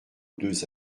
deux